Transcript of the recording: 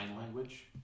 language